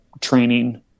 training